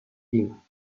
lima